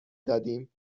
دادیم